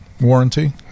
warranty